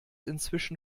inzwischen